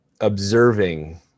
observing